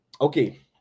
okay